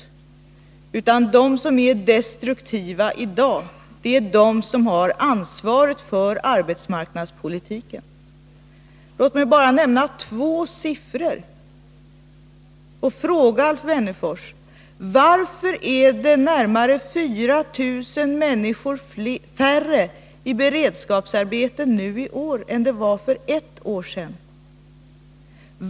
De som är destruktiva i dag är de som har ansvaret för arbetsmarknadspolitiken. Låt mig bara nämna två siffror och fråga Alf Wennerfors: Varför är det närmare 4 000 människor färre i beredskapsarbeten nu i år än det var för ett år sedan?